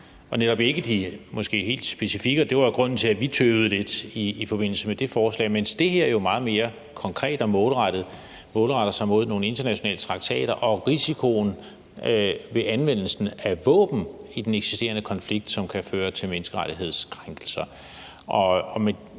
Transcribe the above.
og netop ikke de måske helt specifikke personer – og det var grunden til, at vi tøvede lidt i forbindelse med det forslag – mens det her jo meget mere konkret er målrettet mod nogle internationale traktater og risikoen ved anvendelse af våben i den eksisterende konflikt, som kan føre til menneskerettighedskrænkelser.